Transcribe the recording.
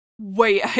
Wait